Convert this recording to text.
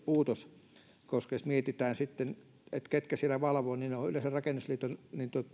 puutos koska jos mietitään sitten ketkä siellä valvovat niin ne ovat yleensä rakennusliiton